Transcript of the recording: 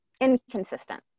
Inconsistent